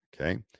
Okay